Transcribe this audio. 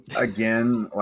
Again